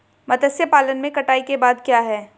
मत्स्य पालन में कटाई के बाद क्या है?